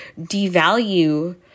devalue